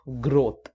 growth